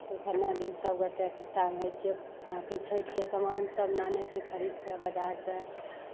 कोइ खरना दिन सभगोटे एकट्ठा होइ छै अथी छठिके सामानसभ नानै छै खरीद कऽ बाजारसँ